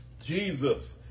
Jesus